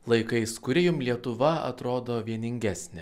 laikais kuri jum lietuva atrodo vieningesnė